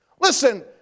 Listen